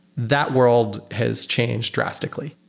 that world has changed drastically.